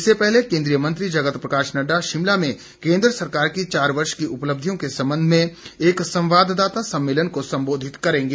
इससे पहले केंद्रीय मंत्री जगत प्रकाश नड्डा शिमला में केंद्र सरकार की चार वर्ष की उपलब्धियों के संबंध में एक संवाददाता सम्मेलन को संबोधित करेंगे